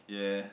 ya